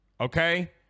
Okay